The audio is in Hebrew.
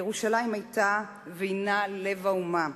ירושלים היתה והינה לב האומה.